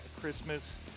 Christmas